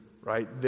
right